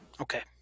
Okay